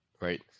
right